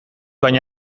baina